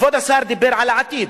כבוד השר דיבר על העתיד.